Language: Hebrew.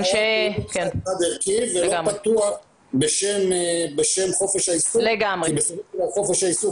זה לא פתוח בשם חופש העיסוק כי בסופו של דבר חופש העיסוק